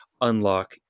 unlock